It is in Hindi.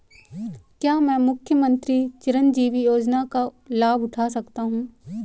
क्या मैं मुख्यमंत्री चिरंजीवी योजना का लाभ उठा सकता हूं?